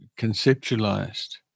conceptualized